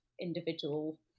individual